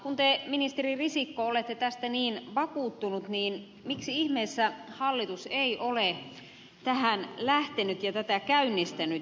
kun te ministeri risikko olette tästä niin vakuuttunut niin miksi ihmeessä hallitus ei ole tähän lähtenyt ja tätä käynnistänyt